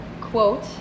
quote